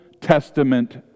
Testament